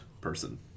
person